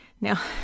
now